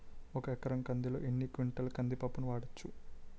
ఒక ఎకర కందిలో ఎన్ని క్వింటాల కంది పప్పును వాడచ్చు?